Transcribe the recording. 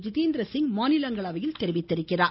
ஜிதேந்திர சிங் மாநிலங்களவையில் தெரிவித்தார்